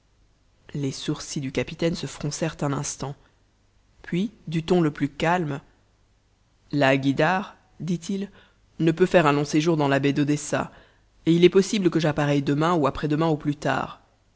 les sourcils du capitaine se froncèrent un instant puis du ton le plus calme la guïdare dit-il ne peut faire un long séjour dans la baie d'odessa et il est possible que j'appareille demain ou après-demain au plus tard